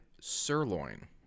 sirloin